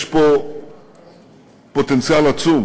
יש פה פוטנציאל עצום